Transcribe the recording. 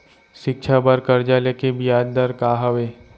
शिक्षा बर कर्जा ले के बियाज दर का हवे?